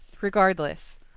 regardless